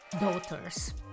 daughters